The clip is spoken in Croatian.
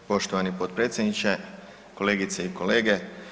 Poštovani potpredsjedniče, kolegice i kolege.